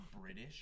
British